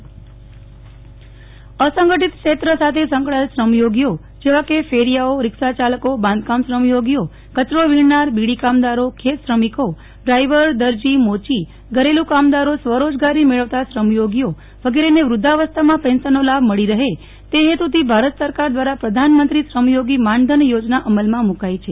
નેહલ ઠક્કર પ્રધાનમંત્રી શ્રમયોગી માનધન યોજના અસંગઠ્ઠીત ક્ષેત્ર સાથે સંકળાયેલ શ્રમયોગીઓ જેવા કે ફેરીયાઓ રીક્ષાચાલકો બાંધકામ શ્રમયોગીઓ કચરો વિણનાર બીડી કામદારો ખેત શ્રમિકો ડ્રાઇવર દરજી મોચી ધરેલુ કામદારો સ્વરોજગારી મેળવતા શ્રમયોગીઓ વગેરેને વૃધ્ધાવસ્થામાં પેન્શનનો લાભ મળી રહે તે હેતુથી ભારત સરકાર દ્વારા પ્રધાનમંત્રી શ્રમયોગી માનધન યોજના અમલમાં મ્રકાઈ છે